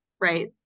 right